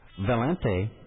Valente